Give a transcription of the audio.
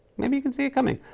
maybe you can see it coming.